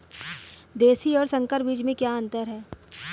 देशी और संकर बीज में क्या अंतर है?